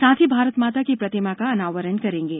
साथ ही भारतमाता की प्रतिमा का अनावरण करेंगे